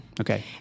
Okay